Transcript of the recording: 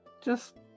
Just-